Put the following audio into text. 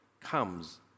comes